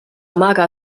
amaga